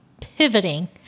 pivoting